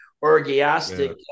orgiastic